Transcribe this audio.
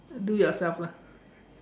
do yourself lah